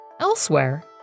Elsewhere